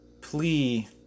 plea